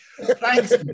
Thanks